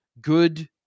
good